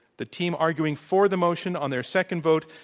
the team arguing for the motion on their second vote,